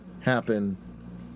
happen